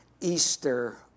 Easter